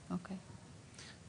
אוקיי.